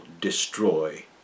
destroy